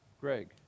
Greg